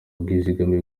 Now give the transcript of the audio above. ubwizigame